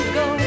go